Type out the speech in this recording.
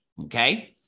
Okay